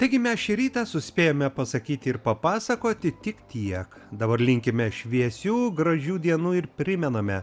taigi mes šį rytą suspėjome pasakyti ir papasakoti tik tiek dabar linkime šviesių gražių dienų ir primename